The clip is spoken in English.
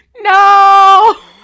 No